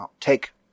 Take